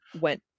went